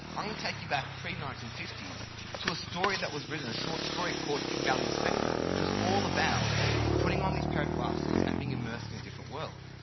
to take you back pre nineteen fifty s to a story that was written, a short story called pygmalion's spectacles which was all about putting on these pair of glasses and being immersed in a different world.